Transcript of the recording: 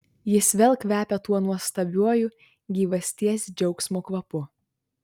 jis vėl kvepia tuo nuostabiuoju gyvasties džiaugsmo kvapu